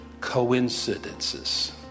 coincidences